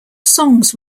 songs